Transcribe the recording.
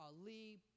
Ali